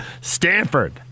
Stanford